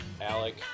Alec